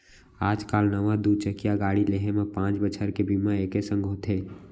आज काल नवा दू चकिया गाड़ी लेहे म पॉंच बछर के बीमा एके संग होथे